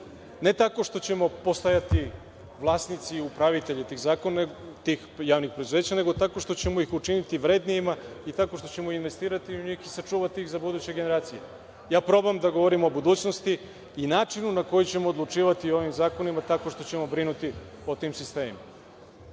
ne tako što ćemo postajati vlasnici i upravitelji tih javnih preduzeća, nego tako što ćemo ih učiniti vrednijima i tako što ćemo investirati u njih i sačuvati ih za buduće generacije. Ja probam da govorim o budućnosti i načinu na koji ćemo odlučivati o ovim zakonima, tako što ćemo brinuti o tim sistemima.